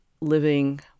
living